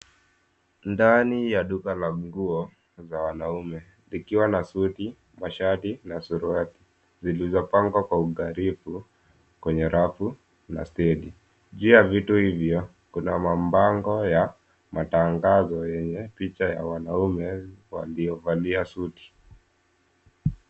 Ndani ya duka la nguo za wanaume likiwa na suti, mashati na suruali vilivyopangwa kwa uangalifu kwenye rafu na stendi, juu ya vitu hivyo kuna mabango ya matangazo yenye picha ya wanaume waliovalia suti.